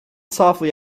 softly